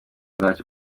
bwacyo